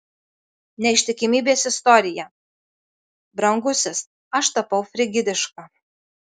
neištikimybės istorija brangusis aš tapau frigidiška